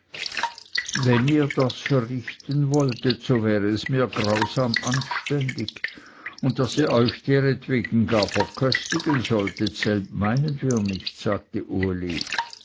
wenn ihr das verrichten wolltet so wäre es mir grausam anständig und daß ihr euch deretwegen gar verköstigen solltet selb meinten wir nicht sagte uli